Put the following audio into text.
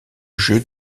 jeux